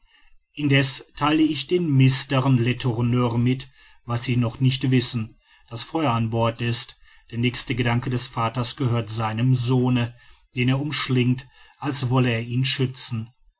indessen theile ich den mr letourneur mit was sie noch nicht wissen daß feuer an bord ist der nächste gedanke des vaters gehört seinem sohne den er umschlingt als wolle er ihn schützen